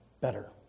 better